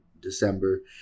December